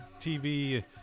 tv